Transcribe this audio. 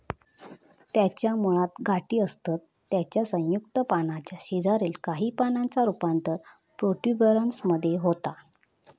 त्याच्या मुळात गाठी असतत त्याच्या संयुक्त पानाच्या शेजारील काही पानांचा रूपांतर प्रोट्युबरन्स मध्ये होता